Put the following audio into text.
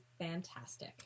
fantastic